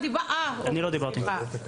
אה, אוקיי, סליחה.